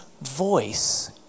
voice